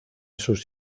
sus